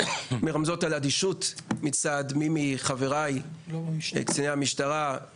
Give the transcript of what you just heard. שמרמזות על אדישות מצד מי מחבריי במשטרה,